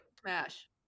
Smash